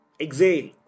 Exhale